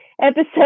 episode